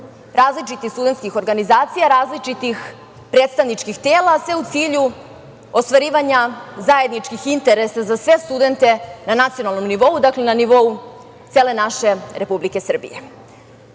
različitih studentskih organizacija, različitih predstavničkih tela, a sve u cilju ostvarivanja zajedničkih interesa za sve studente na nacionalnom nivou, dakle na nivou cele naše Republike Srbije.